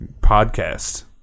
podcast